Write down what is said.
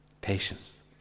Patience